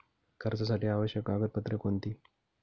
कर्जासाठी आवश्यक कागदपत्रे कोणती?